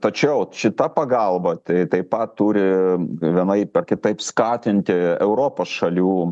tačiau šita pagalba tai taip pat turi vienaip ar kitaip skatinti europos šalių